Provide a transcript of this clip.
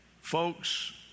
Folks